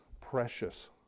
precious